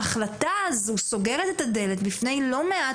ההחלטה הזו סוגרת את הדלת בפני לא מעט